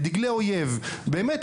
דגלי אויב באמת,